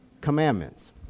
commandments